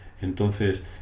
Entonces